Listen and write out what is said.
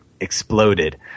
exploded